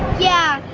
yeah,